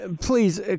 please